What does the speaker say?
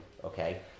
okay